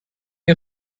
you